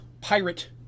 pirate